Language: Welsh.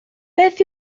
beth